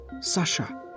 sasha